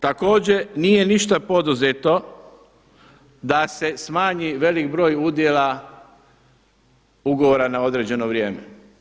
Također nije ništa poduzeto da se smanji velik broj udjela ugovora na određeno vrijeme.